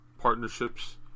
partnerships